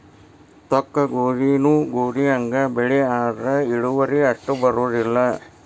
ತೊಕ್ಕಗೋಧಿನೂ ಗೋಧಿಹಂಗ ಬೆಳಿ ಆದ್ರ ಇಳುವರಿ ಅಷ್ಟ ಬರುದಿಲ್ಲಾ